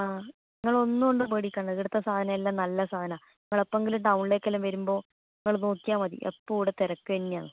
ആ നിങ്ങളൊന്നു കൊണ്ടും പേടിക്കണ്ടാ ഇവിടുത്തെ സാധനമെല്ലാം നല്ല സാധനമാണ് നിങ്ങളെപ്പോഴെങ്കിലും ടൗണിലേയ്ക്ക് വല്ലതും വരുമ്പോൾ നിങ്ങൾ നോക്കിയാൽ മതി എപ്പോഴും ഇവിടെ തിരക്ക് തന്നെയാണ്